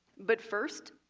but first,